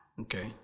okay